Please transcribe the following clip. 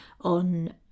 on